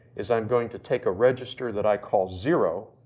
is i'm going to take a register that i call zero,